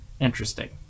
interesting